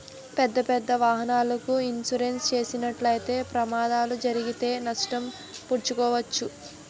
పెద్దపెద్ద వాహనాలకు ఇన్సూరెన్స్ చేసినట్లయితే ప్రమాదాలు జరిగితే నష్టం పూడ్చుకోవచ్చు